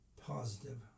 positive